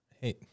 Hey